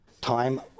time